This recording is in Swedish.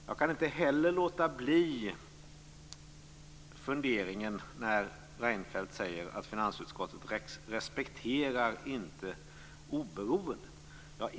Jag kan inte låta bli att fundera över att Reinfeldt säger att finansutskottet inte respekterar oberoendet.